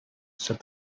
said